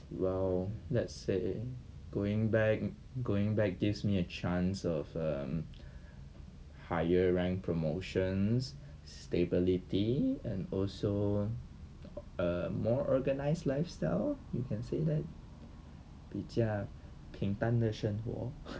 well let's say going back going back gives me a chance of um higher rank promotions stability and also a more organized lifestyle you can say that 比较平淡的生活